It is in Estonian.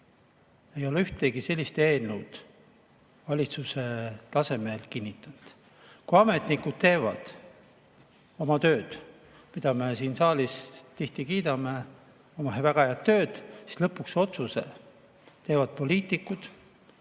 ei ole ühtegi sellist eelnõu valitsuse tasemel kinnitanud. Ametnikud teevad oma tööd, mida me siin saalis tihti kiidame, väga head tööd, aga otsuse teevad lõpuks poliitikud.